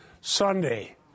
Sunday